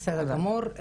בסדר גמור.